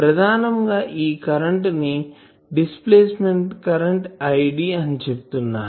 ప్రధానంగా ఈ కరెంటు ని డిస్ప్లేస్మెంట్ కరెంటు id అని చెప్తున్నాను